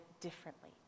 differently